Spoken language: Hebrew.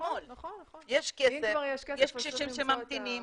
יש קשישים שממתינים,